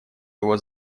его